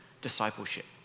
discipleship